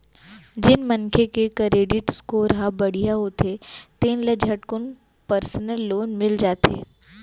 जेन मनखे के करेडिट स्कोर ह बड़िहा होथे तेन ल झटकुन परसनल लोन मिल जाथे